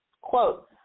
quote